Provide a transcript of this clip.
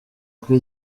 kuko